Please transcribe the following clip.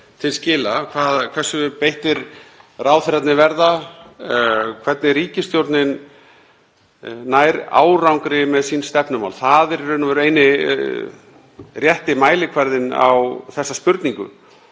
til skila, hversu beittir ráðherrarnir verða, hvernig ríkisstjórnin nær árangri með sín stefnumál. Það er í raun og veru eini rétti mælikvarðinn á þessa spurningu.